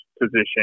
position